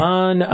on